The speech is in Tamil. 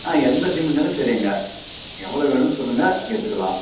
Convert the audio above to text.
ஆ எந்த சிமெண்ட்னாலும் சரிங்க எவ்வளோ வேணுன்னு சொல்லுங்கள் எடுத்துக்கலாம்